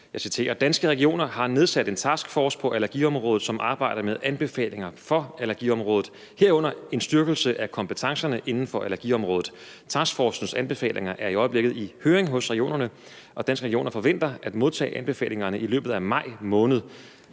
jeg citerer: Danske Regioner har nedsat en taskforce på allergiområdet, som arbejder med anbefalinger for allergiområdet, herunder en styrkelse af kompetencerne inden for allergiområdet. Taskforcens anbefalinger er i øjeblikket i høring hos regionerne, og Danske Regioner forventer at modtage anbefalingerne i løbet af maj måned.